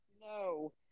no